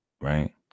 Right